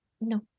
No